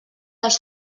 els